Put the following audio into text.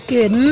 Good